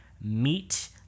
meet